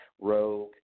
Rogue